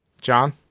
John